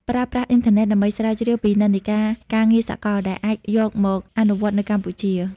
ប្រើប្រាស់អ៊ីនធឺណិតដើម្បីស្រាវជ្រាវពីនិន្នាការការងារសកល ដែលអាចយកមកអនុវត្តនៅកម្ពុជា។